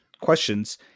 questions